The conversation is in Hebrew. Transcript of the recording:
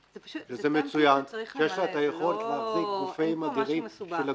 זה מצוין שיש לך את היכולת להחזיק גופים אדירים של הגבייה,